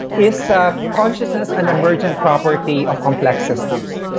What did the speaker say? is so ah consciousness an emerging property of complex systems?